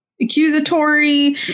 accusatory